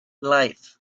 life